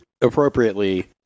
appropriately